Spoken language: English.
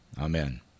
Amen